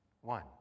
One